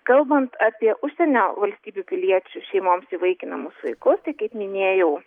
kalbant apie užsienio valstybių piliečių šeimoms įvaikinamus vaikus tai kaip minėjau